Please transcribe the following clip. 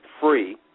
free